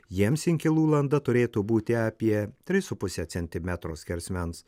jiems inkilų landa turėtų būti apie tris su puse centimetro skersmens